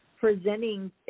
presenting